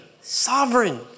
sovereign